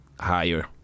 higher